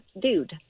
dude